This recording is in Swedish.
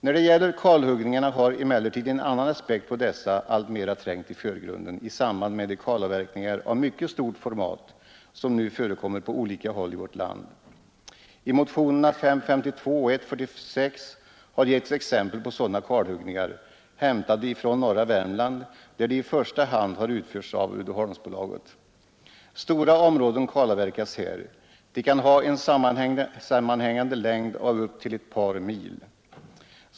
När det gäller kalhuggningen har emellertid en annan aspekt alltmera trängt i förgrunden i samband med de kalavverkningar av mycket stort format som nu förekommer på olika håll i vårt land. I motionerna 552 och 146 har getts exempel på sådana kalhuggningar, hämtade från norra Värmland, där de i första hand har utförts av Uddeholmsbolaget. Stora områden kalavverkas här; de kan ha en sammanhängande längd av upp till ett par mil.